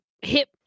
hip